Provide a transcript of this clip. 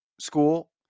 school